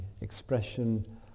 expression